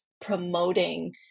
promoting